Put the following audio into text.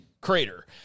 Crater